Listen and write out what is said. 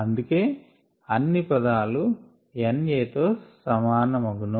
అందుకే అన్ని పదాలు NA తో సమానమగును